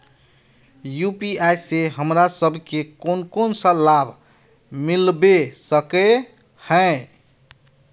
UPI से हमरा सब के कोन कोन सा लाभ मिलबे सके है?